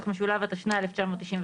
התשנ"ה-1995,